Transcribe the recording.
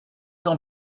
ans